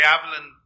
Avalon